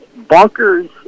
bonkers